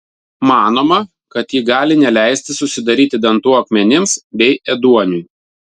manoma kad ji gali neleisti susidaryti dantų akmenims bei ėduoniui